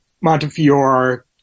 Montefiore